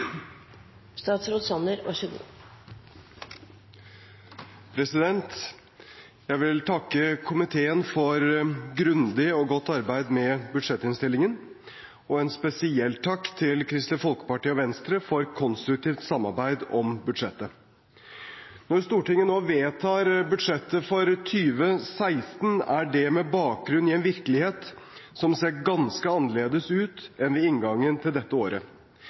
Venstre for konstruktivt samarbeid om budsjettet. Når Stortinget nå vedtar budsjettet for 2016, er det med bakgrunn i en virkelighet som ser ganske annerledes ut enn ved inngangen til dette året.